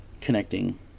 connecting